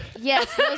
Yes